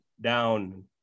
down